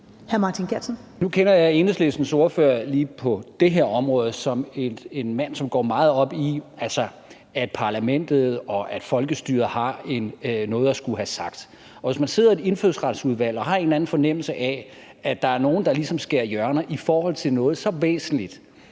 Nu kender jeg Enhedslistens ordfører lige på det her område som en mand, som går meget op i, at parlamentet og folkestyret har noget at skulle have sagt. Og hvis man sidder i et Indfødsretsudvalg og har en eller anden fornemmelse af, at der er nogen, der ligesom skærer hjørner i forhold til noget så væsentligt